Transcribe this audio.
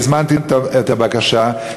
הזמנתי בקשה,